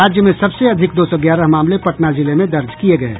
राज्य में सबसे अधिक दो सौ ग्यारह मामले पटना जिले में दर्ज किये गये